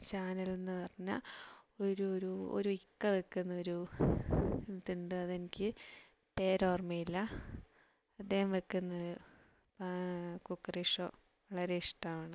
channel എന്നു പറഞ്ഞാൽ ഒരു ഒരു ഒരു ഇക്ക വയ്ക്കുന്ന ഒരു ഇതുണ്ട് അതെനിക്ക് പേരോര്മ്മയില്ല അദ്ദേഹം വയ്ക്കുന്നത് കുക്കറി ഷോ വളരെ ഇഷ്ടമാണ്